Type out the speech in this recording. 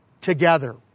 together